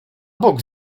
bok